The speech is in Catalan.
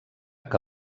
que